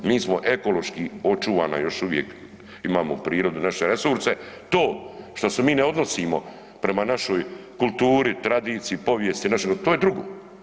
Mi smo ekološki očuvana još uvijek imamo prirodu, naše resurse, to što se mi ne odnosimo prema našoj kulturi, tradiciji, povijesti, našoj, to je drugo.